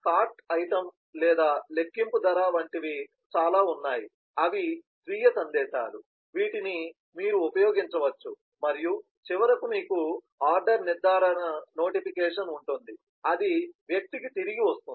cart item లేదా లెక్కింపు ధర వంటివి చాలా ఉన్నాయి అవి స్వీయ సందేశాలు వీటిని మీరు ఉపయోగించవచ్చు మరియు చివరకు మీకు ఆర్డర్ నిర్ధారణ నోటిఫికేషన్ ఉంటుంది అది వ్యక్తికి తిరిగి వస్తుంది